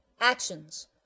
Actions